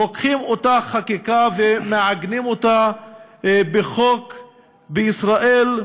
לוקחים את אותה חקיקה ומעגנים אותה בחוק בישראל,